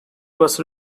was